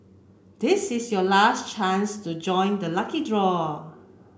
this is your last chance to join the lucky draw